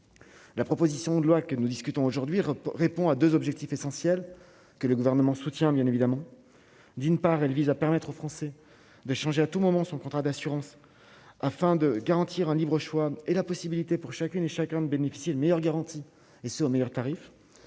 la proposition de loi que nous discutons aujourd'hui répond à 2 objectifs essentiels que le gouvernement soutient bien évidemment d'une part, elle vise à permettre aux Français de changer à tout moment son contrat d'assurance afin de garantir un libre choix et la possibilité pour chacune et chacun de bénéficier de meilleures garanties, et ce au meilleur tarif,